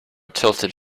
tilted